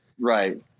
Right